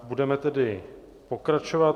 Budeme tedy pokračovat.